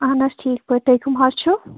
اہن حظ ٹھیٖک پٲٹھۍ تُہۍ کٔم حظ چھُو